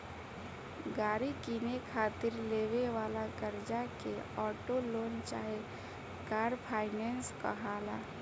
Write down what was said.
गाड़ी किने खातिर लेवे वाला कर्जा के ऑटो लोन चाहे कार फाइनेंस कहाला